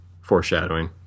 foreshadowing